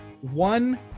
one